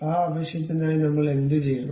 ആ ആവശ്യത്തിനായി നമ്മൾ എന്തുചെയ്യണം